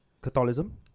Catholicism